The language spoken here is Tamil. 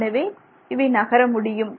எனவே இவை நகர முடியும்